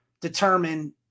determine